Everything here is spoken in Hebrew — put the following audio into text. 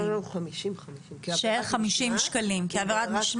אולי רק מילה על עבירת המשמעת שהזכרת,